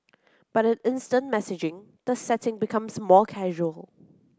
but in instant messaging the setting becomes more casual